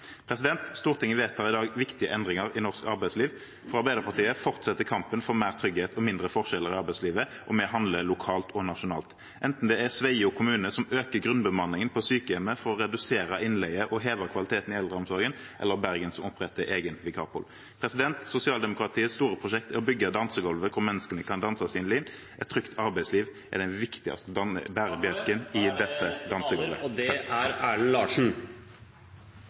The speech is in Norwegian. Stortinget vedtar i dag viktige endringer i norsk arbeidsliv, og Arbeiderpartiet fortsetter kampen for mer trygghet og mindre forskjeller i arbeidslivet. Vi handler lokalt og nasjonalt, enten det er Sveio kommune som øker grunnbemanningen på sykehjemmet for å redusere innleie og heve kvaliteten i eldreomsorgen, eller Bergen som oppretter egen vikarpool. Sosialdemokratiets store prosjekt er å bygge dansegulvet hvor menneskene kan danse sitt liv. Et trygt arbeidsliv er den viktigste bærebjelken … Takk for det! Hovedregelen i norsk arbeidsliv skal være faste ansettelser og heltid. Det er